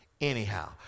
anyhow